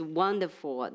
wonderful